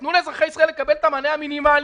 תנו לאזרחי ישראל לקבל את המענה המינימלי